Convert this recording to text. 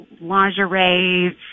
lingerie